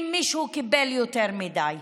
אם מישהו קיבל יותר מדי.